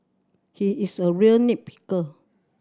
he is a real nit picker